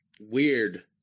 weird